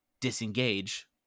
disengage